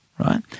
right